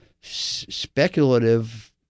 speculative